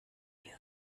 you